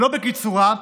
ולא בקיצורה,